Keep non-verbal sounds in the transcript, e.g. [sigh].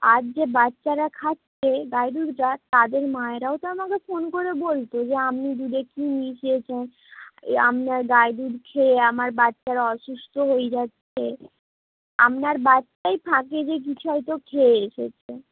আর যে বাচ্চারা খাচ্ছে গাই দুধটা তাদের মায়েরাও তো আমাকে ফোন করে বলতো যে আপনি দুধে কি মিশিয়েছেন [unintelligible] আপনার গাই দুধ খেয়ে আমার বাচ্চারা অসুস্থ হয়ে যাচ্ছে আপনার বাচ্চাই ফাঁকে গিয়ে কিছু হয়তো খেয়ে এসেছে